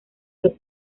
los